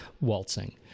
waltzing